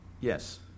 Yes